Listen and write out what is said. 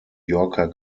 yorker